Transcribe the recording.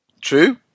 True